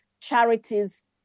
charities